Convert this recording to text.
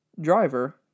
driver